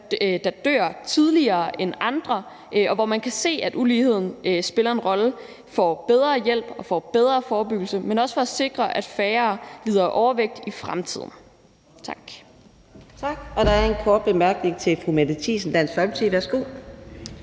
som dør tidligere end andre, og hvor man kan se, at uligheden spiller en rolle, får bedre hjælp og bedre forebyggelse. Så det er også for at sikre, at færre bliver overvægtige i fremtiden. Tak.